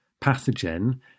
pathogen